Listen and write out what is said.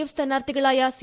F സ്ഥാനാർത്ഥീകളായ C